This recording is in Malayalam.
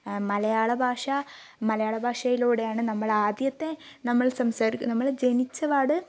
മലയാള ഭാഷ മലയാള ഭാഷയിലൂടെയാണ് നമ്മൾ ആദ്യത്തെ നമ്മൾ സംസാരിക്കുന്ന നമ്മൾ ജനിച്ചപാട്